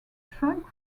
trunk